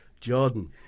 Jordan